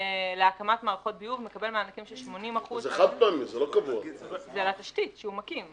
מקבל מענקים של 80% על התשתית שהוא מקים.